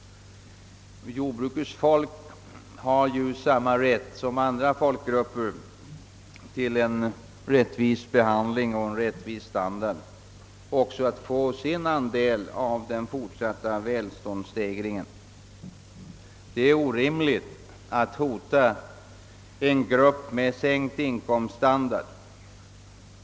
Jordbrukets folk har samma rätt som andra folkgrupper till en rättvis behandling och till att få sin andel i den fortsatta standard stegringen. Det är orimligt att hota en grupp med sänkt inkomststandard.